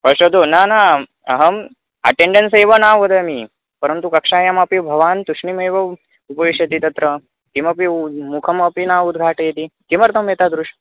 पश्यतु न न अहम् अटेन्डेन्स् एव न वदामि परन्तु कक्षायामपि भवान् तुष्णिमेव उपविशति तत्र किमपि मुखम् अपि न उद्घाटयति किमर्थम् एतादृशम्